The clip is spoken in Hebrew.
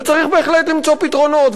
וצריך בהחלט למצוא פתרונות,